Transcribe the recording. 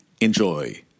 Enjoy